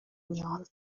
نیاز